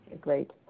Great